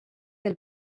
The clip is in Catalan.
del